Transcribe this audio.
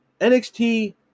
NXT